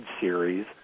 series